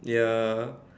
ya